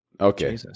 Okay